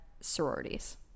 sororities